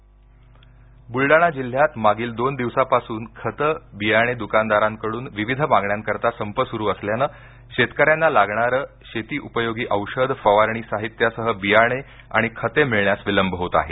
बियाणे ब्लडाणा जिल्ह्यात मागील दोन दिवसापासून खत बियाणे दुकानदारांकडून विविध मागण्याकरीता संप सुरू असल्यानं शेतकऱ्यांना लागणारे शेती उपयोगी औषध फवारणी साहित्यासह बियाणे आणि खते मिळण्यास विलंब होत आहे